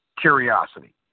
curiosity